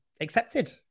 accepted